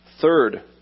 Third